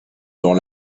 dans